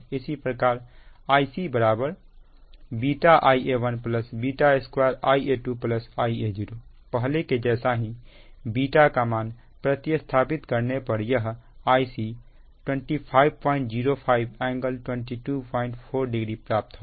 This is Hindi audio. इसी प्रकार Ic βIa1 β2 Ia2 Ia0 पहले के जैसा ही β का मान प्रति स्थापित करने पर यह Ic 2505∟2240 प्राप्त होगा